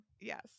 Yes